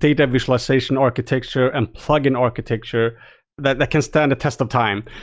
data visualization architecture and plug-in architecture that that can stand the test of time.